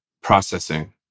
processing